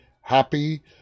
happy